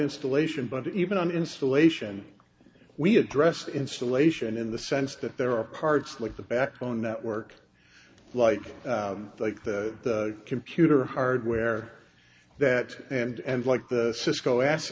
installation but even on installation we address installation in the sense that there are parts like the backbone network like like the computer hardware that and like the cisco as